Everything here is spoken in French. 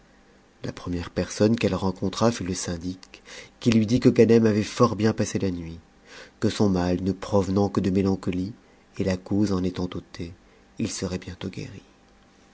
la première personne qu'elle rencontra fut le syndic qui lui dit que ganem avait fort bien passé la nuit que son mal ne provenant que de métaucotie et la cause en étant ôtée il serait bientôt guéri